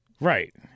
Right